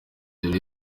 ibyo